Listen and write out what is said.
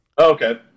okay